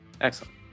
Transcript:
Excellent